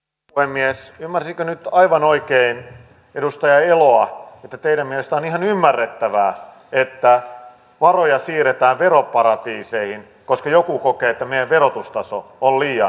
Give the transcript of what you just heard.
ymmärsinkö nyt aivan oikein edustaja eloa että teidän mielestänne on ihan ymmärrettävää että varoja siirretään veroparatiiseihin koska joku kokee että meidän verotustaso on liian korkea